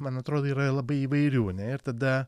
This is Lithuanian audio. man atrodo yra labai įvairių ne ir tada